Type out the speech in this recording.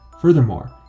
Furthermore